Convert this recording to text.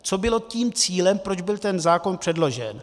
Co bylo tím cílem, proč byl ten zákon předložen.